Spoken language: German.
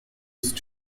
ist